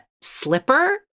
slipper